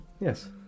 Yes